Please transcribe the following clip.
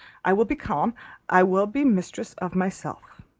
i will be calm i will be mistress of myself.